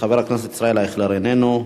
חבר הכנסת ישראל אייכלר, איננו,